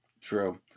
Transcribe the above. True